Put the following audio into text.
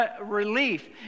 relief